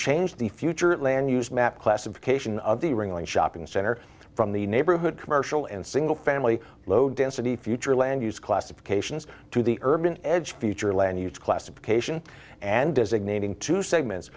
change the future of land use map classification of the ringling shopping center from the neighborhood commercial and single family low density future land use classifications to the urban edge future land use classification and designating two segments